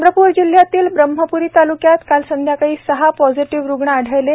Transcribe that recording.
चंद्रपूर जिल्ह्यातील ब्रह्मप्री तालुक्यात काल सायंकाळी सहा पॉझिटिव्ह रुग्ण आढळले आहेत